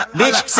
bitch